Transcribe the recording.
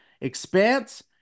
expanse